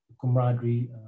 camaraderie